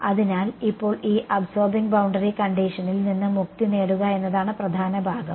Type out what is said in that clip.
അതിനാൽ ഇപ്പോൾ ഈ അബ്സോർബിങ് ബൌണ്ടറി കണ്ടിഷനിൽ നിന്ന് മുക്തി നേടുക എന്നതാണ് പ്രധാന ഭാഗം